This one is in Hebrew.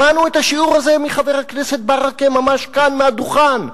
שמענו את השיעור הזה מחבר הכנסת ברכה ממש כאן מהדוכן.